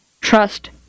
Trust